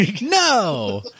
No